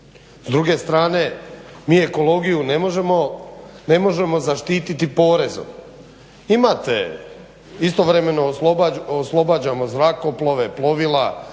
S druge strane mi ekologiju ne možemo zaštititi porezom. Imate istovremeno oslobađamo zrakoplove, plovila,